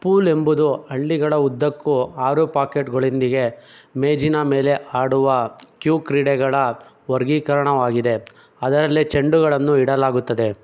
pool ಎಂಬುದು ಹಳ್ಳಿಗಳ ಉದ್ದಕ್ಕೂ ಆರು ಪಾಕೆಟ್ಗಳೊಂದಿಗೆ ಮೇಜಿನ ಮೇಲೆ ಆಡುವ ಕ್ಯೂ ಕ್ರೀಡೆಗಳ ವರ್ಗೀಕರಣವಾಗಿದೆ ಅದರಲ್ಲಿ ಚೆಂಡುಗಳನ್ನು ಇಡಲಾಗುತ್ತದೆ